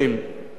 ובכל זאת,